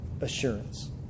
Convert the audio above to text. assurance